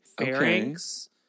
pharynx